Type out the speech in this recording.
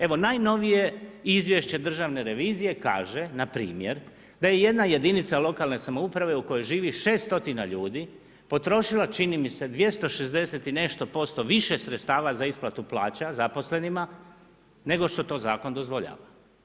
Evo najnovije izvješće državne revizije kaže npr. da je jedna jedinica lokalne samouprave u kojoj živi 6 stotina ljudi potrošila čini mi se 260 i nešto % više sredstava za isplatu plaća zaposlenima, nego što to zakon dozvoljava.